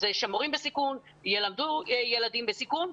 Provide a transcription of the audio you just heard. זה שמורים בסיכון ילמדו ילדים בסיכון.